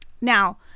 Now